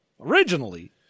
Originally